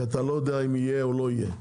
כי אתה לא יודע אם יהיה או לא יהיה.